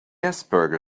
asperger